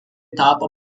tapo